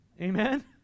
Amen